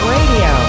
Radio